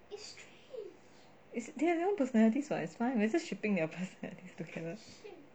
they have their own personalities so it's fine we are just shipping their personalities together